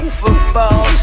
football